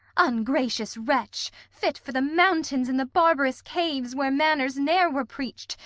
ungracious wretch, fit for the mountains and the barbarous caves, where manners ne'er were preach'd!